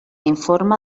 informe